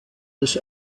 des